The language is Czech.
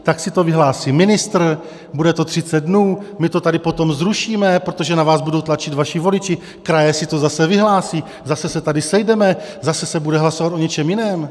Tak si to vyhlásí ministr, bude to třicet dnů, my to tady potom zrušíme, protože na vás budou tlačit vaši voliči, kraje si to zase vyhlásí, zase se tady sejdeme, zase se bude hlasovat o něčem jiném.